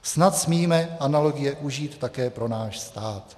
Snad smíme analogie užít také pro náš stát.